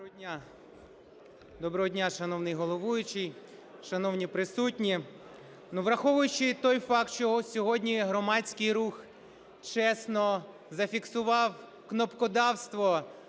Доброго дня, шановний головуючий, шановні присутні. Ну, враховуючи той факт, що сьогодні громадський рух "Чесно" зафіксував кнопкодавство,